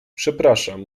przepraszam